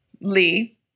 Lee